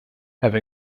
have